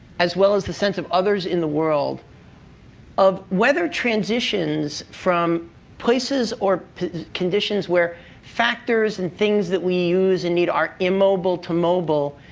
as well as the sense of others in the world of whether transitions from places or conditions where factors and things that we use and need are immobile to mobile,